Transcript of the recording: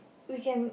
we can